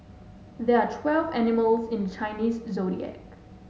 there are twelve animals in the Chinese Zodiac